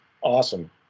Awesome